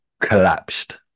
collapsed